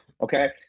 okay